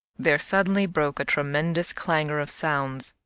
there suddenly broke a tremendous clangor of sounds.